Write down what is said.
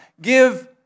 Give